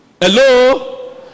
Hello